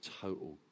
total